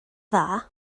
dda